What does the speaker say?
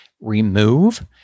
Remove